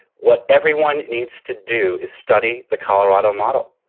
what everyone needs to do is study the colorado model.